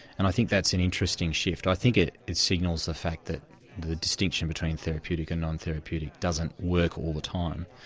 and i think that's an interesting shift. i think it it signals the fact that the distinction between therapeutic and non-therapeutic doesn't work all the time.